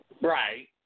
Right